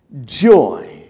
joy